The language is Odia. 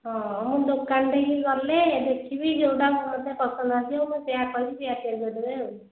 ହଁ ମୁଁ ଦୋକାନ ଠିକି ଗଲେ ଦେଖିବି ଯେଉଁଟା ମୋତେ ପସନ୍ଦ ଆସିବ ମୁଁ ସେଇଆ କହିବି ସେଇଆ ତିଆରି କରିଦେବେ ଆଉ